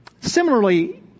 Similarly